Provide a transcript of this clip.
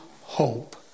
hope